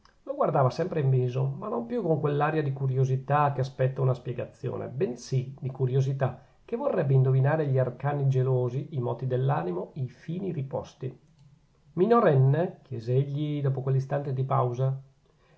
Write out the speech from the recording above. lo guardava sempre in viso ma non più con quell'aria di curiosità che aspetta una spiegazione bensì di curiosità che vorrebbe indovinare gli arcani gelosi i moti dell'animo i fini riposti minorenne chiese egli dopo quell'istante di pausa